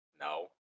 No